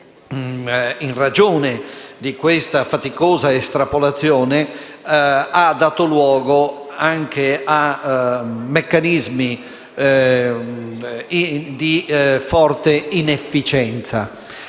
in ragione di tale faticosa estrapolazione, ha dato luogo anche a meccanismi di forte inefficienza.